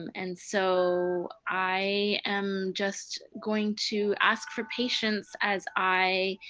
and so i am just going to ask for patience as i